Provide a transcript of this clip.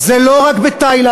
זה לא רק בתאילנד,